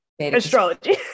Astrology